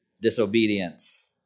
disobedience